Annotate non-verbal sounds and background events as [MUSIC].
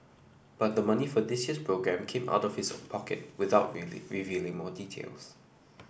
but the money for this year's programme came out of his own pocket without [UNINTELLIGIBLE] revealing more details